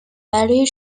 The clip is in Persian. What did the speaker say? برای